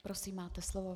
Prosím, máte slovo.